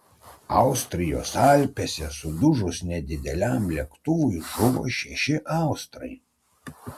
austrijos alpėse sudužus nedideliam lėktuvui žuvo šeši austrai